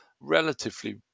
relatively